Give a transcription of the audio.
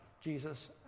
Jesus